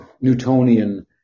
Newtonian